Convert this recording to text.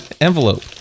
Envelope